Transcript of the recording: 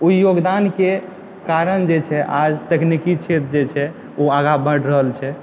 ओ योगदानके कारण जे छै आज तकनीकी क्षेत्र जे छै ओ आगाँ बढ़ रहल छै